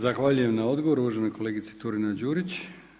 Zahvaljujem na odgovoru uvaženoj kolegici Turina-Đurić.